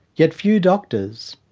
yet few doctors,